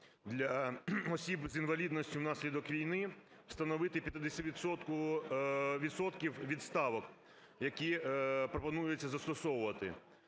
для осіб з інвалідністю внаслідок війни встановити 50 відсотків від ставок, які пропонується застосовувати,